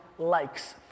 likes